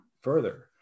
further